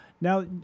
now